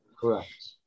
Correct